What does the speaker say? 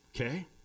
okay